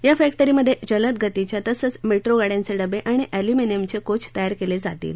या फॅक्टरीमधे जलद गतीच्या तसंच मेट्रो गाडयांचे डबे आणि एल्युमिनयमचे कोच तयार केले जातील